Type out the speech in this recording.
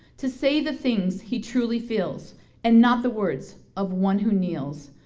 to say the things, he truly feels and not the words of one who kneels,